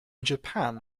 japan